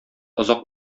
озак